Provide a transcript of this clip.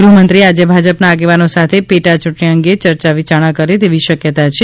ગૃહ્મંત્રી આજે ભાજપના આગેવાનો સાથે પેટાયુંટણી અંગે ચર્ચા વિચારણા કરે તેવી શકયતા છે